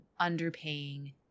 underpaying